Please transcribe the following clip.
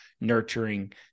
nurturing